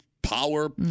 Power